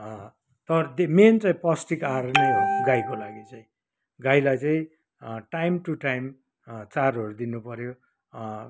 तर त्यो मेन चाहिँ पौष्टिक आहार नै हो गाईको लागि चाहिँ गाईलाई चाहिँ टाइम टु टाइम चारोहरू दिनुपऱ्यो